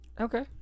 okay